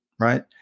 Right